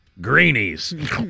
greenies